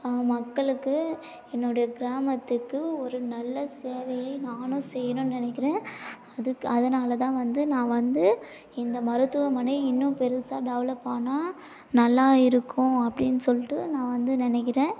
மக்களுக்கு என்னோடய கிராமத்துக்கு ஒரு நல்ல சேவையை நானும் செய்யணுன்னு நினைக்குறேன் அதுக்கு அதனால தான் வந்து நான் வந்து இந்த மருத்துவமனை இன்னும் பெருசாக டெவலப் ஆனால் நல்லா இருக்கும் அப்படினு சொல்லிட்டு நான் வந்து நினைக்குறேன்